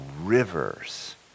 rivers